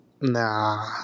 Nah